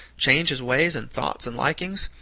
change his ways and thoughts and likings,